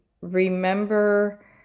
remember